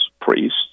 priests